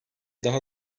daha